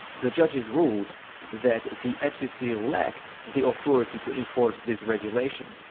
the judges ruled that the fcc lacked the authority to enforce this regulation.